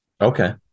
okay